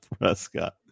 Prescott